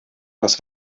das